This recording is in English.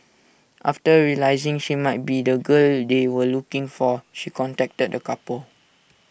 after realising she might be the girl they were looking for she contacted the couple